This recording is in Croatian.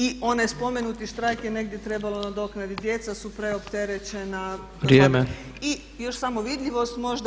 I onaj spomenuti štrajk je negdje trebalo nadoknaditi, djeca su preopterećena [[Upadica Tepeš: Vrijeme.]] I još samo vidljivost, možda.